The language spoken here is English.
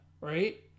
right